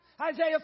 Isaiah